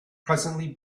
presently